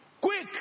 quick